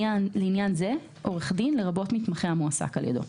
לעניין זה "עורך דין" לרבות מתמחה המועסק על ידו.